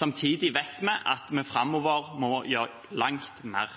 Samtidig vet vi at vi framover må gjøre langt mer.